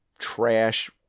Trash